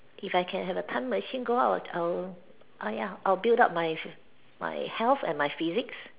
if I can have a time machine go out I will I will ah ya I will build up my my health and my physics